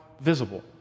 visible